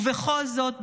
ובכל זאת,